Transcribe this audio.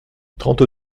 trente